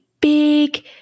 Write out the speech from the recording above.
big